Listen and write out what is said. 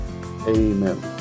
Amen